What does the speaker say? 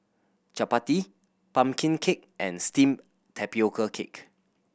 chappati pumpkin cake and steamed tapioca cake